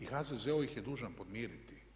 I HZZO ih je dužan podmiriti.